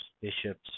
bishops